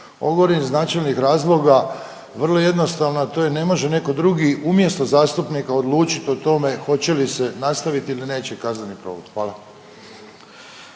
govorim iz načelnih razloga vrlo jednostavno, a to je ne može neko drugi umjesto zastupnika odlučit o tome hoće li se nastavit ili neće kazneni progon, hvala.